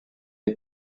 est